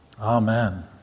Amen